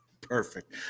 Perfect